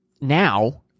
now